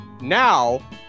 now